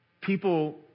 People